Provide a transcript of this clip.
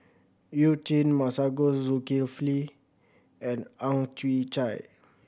You Jin Masagos Zulkifli and Ang Chwee Chai